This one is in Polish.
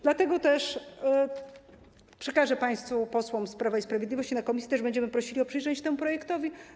Dlatego też przekażę go państwu posłom z Prawa i Sprawiedliwości, w komisji też będziemy prosili o przyjrzenie się temu projektowi.